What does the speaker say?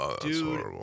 Dude